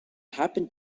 happen